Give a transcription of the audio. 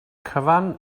cyfan